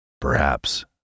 Perhaps